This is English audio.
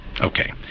Okay